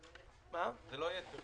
זה לא יתר